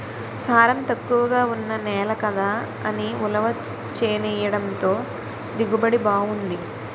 సారం తక్కువగా ఉన్న నేల కదా అని ఉలవ చేనెయ్యడంతో దిగుబడి బావుంది